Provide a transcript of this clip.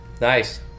Nice